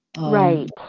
right